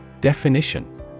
Definition